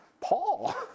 Paul